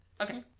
Okay